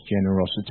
generosity